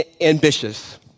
ambitious